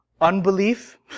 unbelief